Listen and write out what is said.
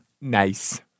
nice